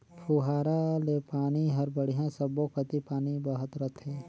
पुहारा ले पानी हर बड़िया सब्बो कति पानी बहत रथे